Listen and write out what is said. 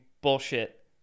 bullshit